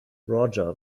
roger